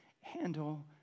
handle